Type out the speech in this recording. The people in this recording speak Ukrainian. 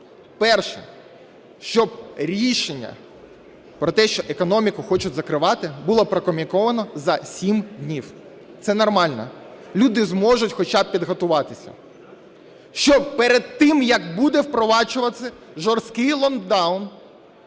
Перше. Щоб рішення про те, що економіку хочуть закривати, було прокумуніковано за 7 днів. Це нормально, люди зможуть хоча б підготуватися. Щоб перед тим, як буде впроваджуватися жорсткий локдаун,